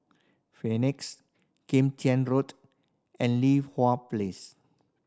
Phoenix Kim Tian Road and Li Hwan Place